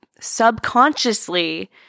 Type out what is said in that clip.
subconsciously